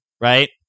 right